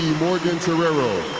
morgan-terrero,